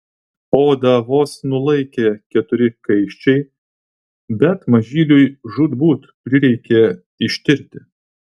odą vos nulaikė keturi kaiščiai bet mažyliui žūtbūt prireikė ištirti